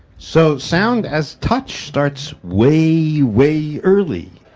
so sound as touch starts way, way early.